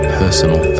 personal